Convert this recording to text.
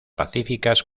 pacíficas